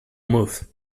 move